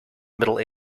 middle